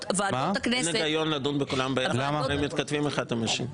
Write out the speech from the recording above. אין היגיון לדון בכולם --- הם מתכתבים אחד עם השני.